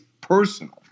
personal